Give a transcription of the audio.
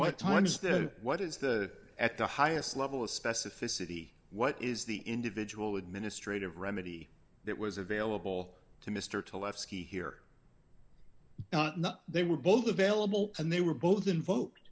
what time is that what is the at the highest level of specificity what is the individual administrative remedy that was available to mr to left ski here they were both available and they were both invo